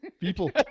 people